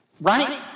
Right